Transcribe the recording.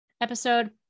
episode